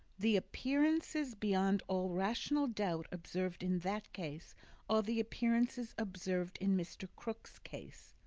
the appearances, beyond all rational doubt, observed in that case are the appearances observed in mr. krook's case.